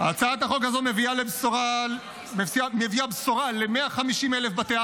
הצעת החוק הזו מביאה בשורה ל-150,000 בתי